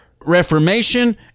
reformation